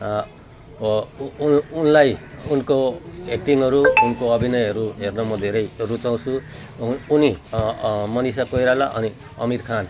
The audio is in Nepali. अब उन उनलाई उनको एक्टिङहरू उनको अभिनयहरू हेर्न म धेरै रुचाउँछु हो उनी मनिषा कोइराला अनि अमिर खान